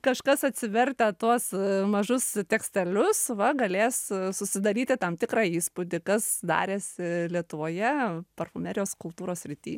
kažkas atsivertę tuos mažus tekstelius va galės susidaryti tam tikrą įspūdį kas darėsi lietuvoje parfumerijos kultūros srity